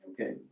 Okay